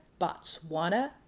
Botswana